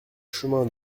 chemin